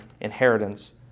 inheritance